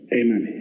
amen